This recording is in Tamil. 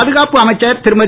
பாதுகாப்பு அமைச்சர் திருமதி